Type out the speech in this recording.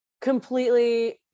completely